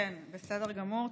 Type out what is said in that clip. בסדר גמור.